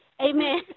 Amen